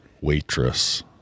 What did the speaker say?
Waitress